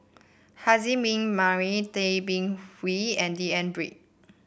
Haslir Bin Tay Bin Wee and D N Pritt